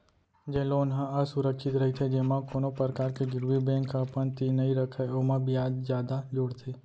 जेन लोन ह असुरक्छित रहिथे जेमा कोनो परकार के गिरवी बेंक ह अपन तीर नइ रखय ओमा बियाज जादा जोड़थे